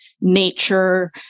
nature